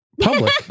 public